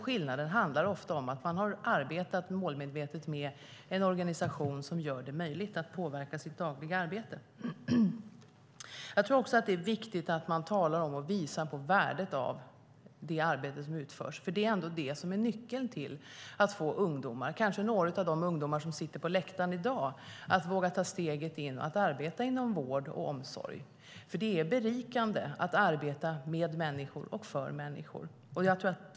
Skillnaden handlar ofta om att man har arbetat målmedvetet med en organisation som gör det möjligt att påverka det dagliga arbetet. Jag tror också att det är viktigt att man talar om och visar på värdet av det arbete som utförs. Det är ändå det som är nyckeln till att ungdomar, kanske några av de ungdomar som sitter på läktaren i dag, vågar ta steget in för att arbeta inom vård om omsorg. Det är berikande att arbeta med människor och för människor.